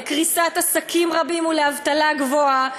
לקריסת עסקים רבים ולאבטלה גבוהה,